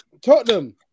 Tottenham